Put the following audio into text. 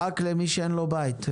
רק למי שאין לו בית,